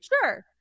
Sure